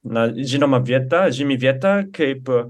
na žinoma vieta žymi vieta kaip